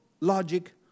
logic